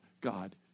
God